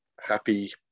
happy